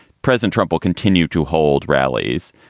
president trump will continue to hold rallies.